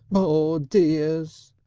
ah dears.